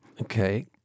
Okay